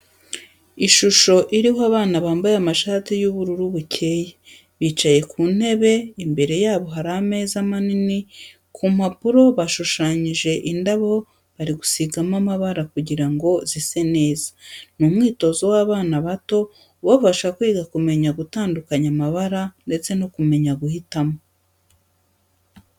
Ishusho iriho abana bambaye amashati y'ubururu bukeye, bicaye ku ntebe imbere yabo hari ameza manini ku mpapuro bashushanyije indabo bari kuzisigamo amabara kugira ngo zise neza, ni umwitozo w'abana bato ubafasha kwiga kumeya gutandukanya amabara ndetse no kumenya guhitamo.